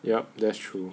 yup that's true